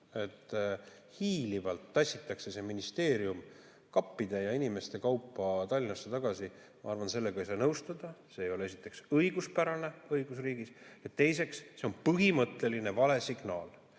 et hiilivalt tassitakse ministeerium kappide ja inimeste kaupa Tallinnasse tagasi – ma arvan, et sellega ei saa nõustuda. See ei ole esiteks õiguspärane õigusriigis ja teiseks, see on põhimõtteline vale signaal.